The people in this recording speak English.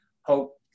hope